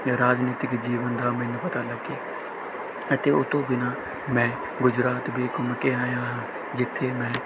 ਰਾਜਨੀਤਿਕ ਜੀਵਨ ਦਾ ਮੈਨੂੰ ਪਤਾ ਲੱਗੇ ਅਤੇ ਉਹ ਤੋਂ ਬਿਨਾਂ ਮੈਂ ਗੁਜਰਾਤ ਵੀ ਘੁੰਮ ਕੇ ਆਇਆ ਹਾਂ ਜਿੱਥੇ ਮੈਂ